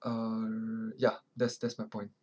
uh ya that's that's my point